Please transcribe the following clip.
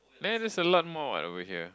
there there's a lot more what over here